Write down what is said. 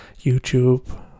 YouTube